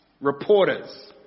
reporters